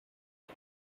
sex